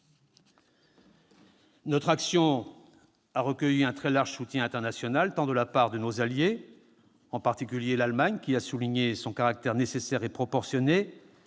Notre action a recueilli un très large soutien international tant de la part de nos alliés, en particulier l'Allemagne, qui a souligné son caractère nécessaire et proportionné,